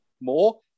more